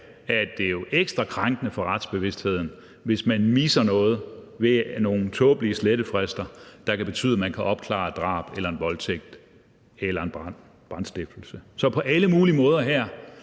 det er ekstra krænkende for retsbevidstheden, hvis man på grund af nogle tåbelige slettefrister misser noget, der kunne betyde, at man kunne opklare et drab, en voldtægt eller en brandstiftelse. Så lad os da på alle mulige måder her